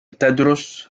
تدرس